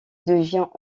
devient